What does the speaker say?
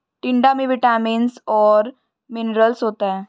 टिंडा में विटामिन्स और मिनरल्स होता है